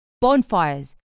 bonfires